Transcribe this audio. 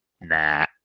nah